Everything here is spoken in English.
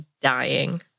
dying